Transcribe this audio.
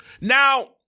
Now